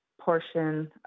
portion